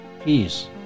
peace